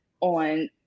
on